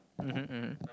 mmhmm mmhmm